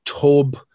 tub